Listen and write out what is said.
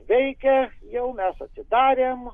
veikia jau mes atsidarėm